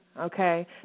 okay